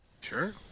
Sure